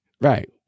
right